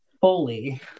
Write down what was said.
fully